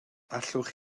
allwch